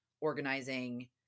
organizing